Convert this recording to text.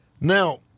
Now